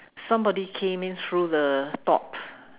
somebody came in through the top